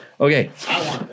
Okay